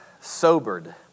sobered